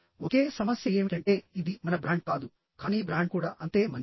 ఒకే సమస్య ఏమిటంటే ఇది మన బ్రాండ్ కాదు కానీ బ్రాండ్ కూడా అంతే మంచిది